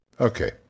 Okay